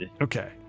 Okay